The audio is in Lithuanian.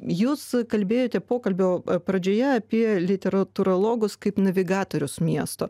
jūs kalbėjote pokalbio pradžioje apie literatūrologus kaip navigatorius miesto